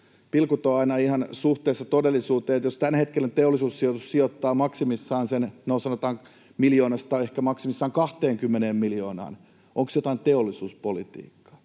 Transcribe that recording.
pilkut ole aina ihan suhteessa todellisuuteen. Jos tämänhetkinen Teollisuussijoitus sijoittaa maksimissaan sen, no, sanotaan, 1 miljoonasta ehkä maksimissaan 20 miljoonaan, onko se jotain teollisuuspolitiikkaa?